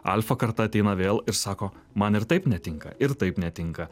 alfa karta ateina vėl ir sako man ir taip netinka ir taip netinka